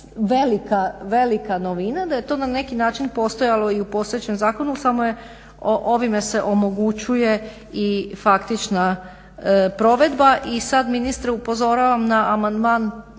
neka velika novina, da je to na neki način postojalo i u postojećem zakonu samo ovime se omogućuje i faktična provedba. I sad ministre upozoravam na amandman